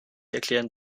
erklären